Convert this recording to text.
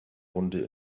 hunde